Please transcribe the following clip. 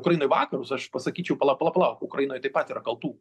ukrainoj vakarus aš pasakyčiau pala pala pala ukrainoj taip pat yra kaltų